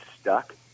stuck